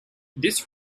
this